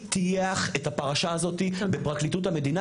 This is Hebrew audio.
מי טייח את הפרשה הזאתי בפרקליטות המדינה